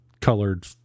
colored